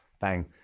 Bang